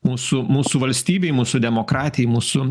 mūsų mūsų valstybei mūsų demokratijai mūsų